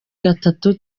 gatatu